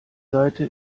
seite